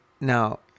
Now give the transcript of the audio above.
now